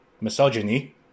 misogyny